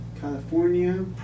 California